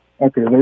okay